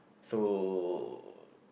so